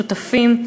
שותפים,